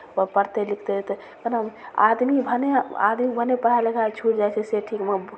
ओ पढ़िते लिखिते एतेक भनहि आदमी भनहि आदमी भनहि पढ़ाइ लिखाइ छुटि जाइ छै से ठीक मगर